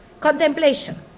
Contemplation